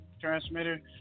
transmitter